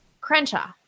Crenshaw